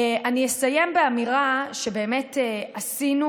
אני אסיים באמירה שבאמת עשינו,